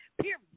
Period